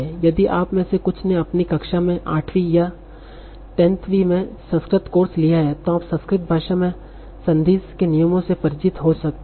यदि आप में से कुछ ने अपनी कक्षा 8 वीं या 10 वीं में संस्कृत कोर्स लिया है तो आप संस्कृत भाषा में संधिस के नियमों से परिचित हो सकते हैं